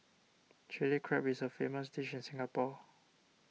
Chilli Crab is a famous dish in Singapore